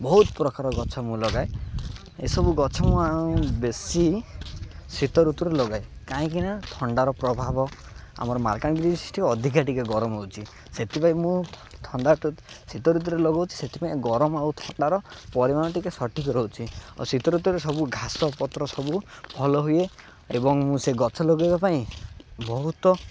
ବହୁତ ପ୍ରକାର ଗଛ ମୁଁ ଲଗାଏ ଏସବୁ ଗଛ ମୁଁ ବେଶୀ ଶୀତ ଋତୁରେ ଲଗାଏ କାହିଁକି ନା ଥଣ୍ଡାର ପ୍ରଭାବ ଆମର ମାଲକାନଗିରି ଟିକେ ଅଧିକା ଟିକେ ଗରମ ହେଉଛି ସେଥିପାଇଁ ମୁଁ ଥଣ୍ଡା ଶୀତ ଋତୁରେ ଲଗାଉଛି ସେଥିପାଇଁ ଗରମ ଆଉ ଥଣ୍ଡାର ପରିମାଣ ଟିକେ ସଠିକ୍ ରହୁଛି ଆଉ ଶୀତ ଋତୁରେ ସବୁ ଘାସ ପତ୍ର ସବୁ ଭଲ ହୁଏ ଏବଂ ମୁଁ ସେ ଗଛ ଲଗାଇବା ପାଇଁ ବହୁତ